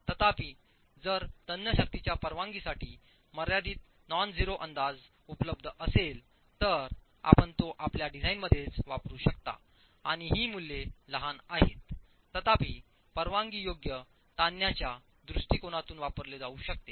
तथापि जर तन्य शक्तीच्या परवानगीसाठी मर्यादित नॉनझेरो अंदाज उपलब्ध असेल तर आपण तो आपल्या डिझाइनमध्येच वापरू शकता आणि ही मूल्ये लहान आहेततथापि परवानगीयोग्य ताणण्याच्या दृष्टीकोनातून वापरले जाऊ शकते